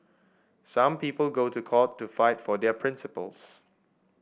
some people go to court to fight for their principles